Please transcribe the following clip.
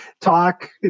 talk